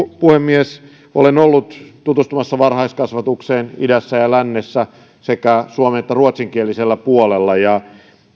puhemies olen ollut tutustumassa varhaiskasvatukseen idässä ja lännessä sekä suomen että ruotsinkielisellä puolella ja